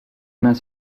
mains